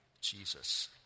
Jesus